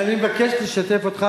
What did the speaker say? אני מבקש לשתף אותך,